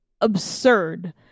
absurd